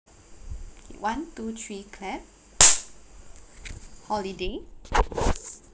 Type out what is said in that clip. one two three clap holiday